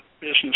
business